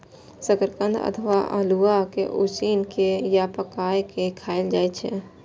शकरकंद अथवा अल्हुआ कें उसिन के या पकाय के खायल जाए छै